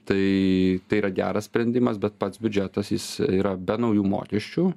tai tai yra geras sprendimas bet pats biudžetas jis yra be naujų mokesčių